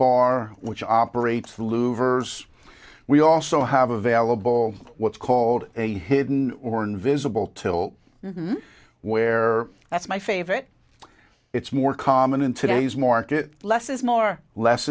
bar which operates the louvers we also have available what's called a hidden or invisible till then where that's my favorite it's more common in today's market less is more less